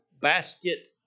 basket